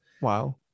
Wow